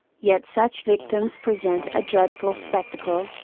yet such victims present a dreadful spectacle,